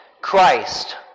Christ